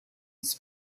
his